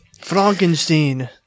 Frankenstein